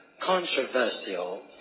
controversial